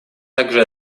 также